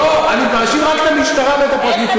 אתה הופך את